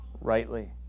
rightly